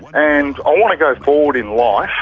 and i want to go forward in life,